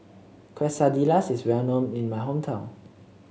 quesadillas is well known in my hometown